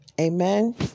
Amen